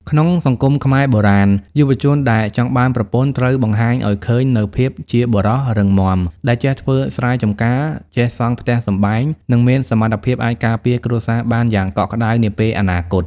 ក្នុងសង្គមខ្មែរបុរាណ យុវជនដែលចង់បានប្រពន្ធត្រូវបង្ហាញឱ្យឃើញនូវភាពជាបុរសរឹងមាំ ដែលចេះធ្វើស្រែចម្ការ ចេះសង់ផ្ទះសម្បែង និងមានសមត្ថភាពអាចការពារគ្រួសារបានយ៉ាងកក់ក្ដៅនាពេលអនាគត។